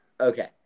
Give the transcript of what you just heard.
Okay